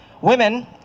Women